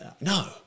No